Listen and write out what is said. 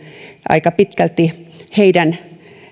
aika pitkälti tietyn kansalaisjärjestön